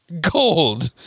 Gold